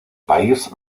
país